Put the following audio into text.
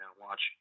watch